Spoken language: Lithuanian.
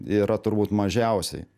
yra turbūt mažiausiai